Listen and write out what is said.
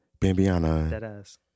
Bambiana